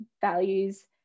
values